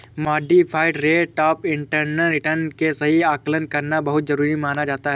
modified rate of internal return के सही आकलन करना बहुत जरुरी माना जाता है